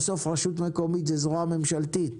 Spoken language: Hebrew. בסוף רשות מקומית היא זרוע ממשלתית,